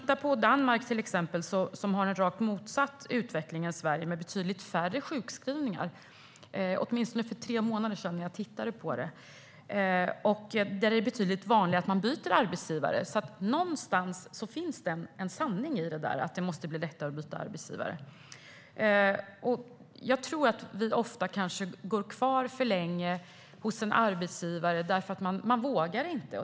Till exempel Danmark har den rakt motsatta utvecklingen jämfört med Sverige. Där har man betydligt färre sjukskrivningar, åtminstone för tre månader sedan då jag tittade på det, och där är det betydligt vanligare att byta arbetsgivare. Någonstans finns det alltså en sanning i det där att det måste bli lättare att byta arbetsgivare. Jag tror att man ofta kanske går kvar för länge hos en arbetsgivare därför att man inte vågar byta.